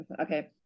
Okay